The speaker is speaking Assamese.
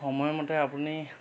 সময়মতে আপুনি